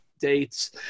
dates